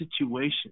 situation